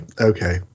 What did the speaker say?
okay